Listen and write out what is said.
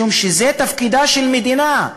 משום שזה תפקידה של מדינה,